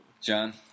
John